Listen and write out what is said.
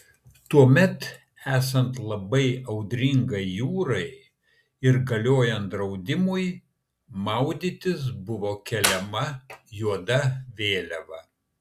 tuomet esant labai audringai jūrai ir galiojant draudimui maudytis buvo keliama juoda vėliava